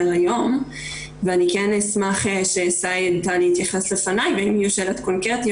היום ואני כן אשמח שסאיד תלי יתייחס לפניי ואם יהיו שאלות קונקרטיות